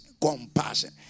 compassion